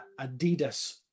Adidas